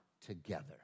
together